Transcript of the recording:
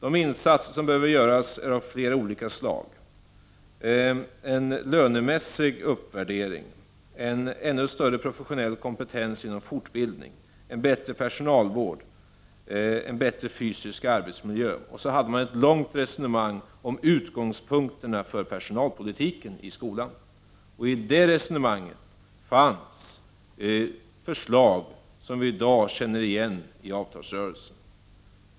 De insatser som behöver göras är av flera olika slag, en lönemässig uppvärdering, en ännu större professionell kompetens inom fortbildning, en bättre personalvård, en bättre fysisk arbetsmiljö” osv. Därefter fördes ett långt resonemang om utgångspunkterna för personalpolitiken i skolan. I det resonemanget fanns med förslag som vi i dag känner igen i avtalsrörelsen.